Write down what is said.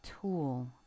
tool